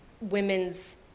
women's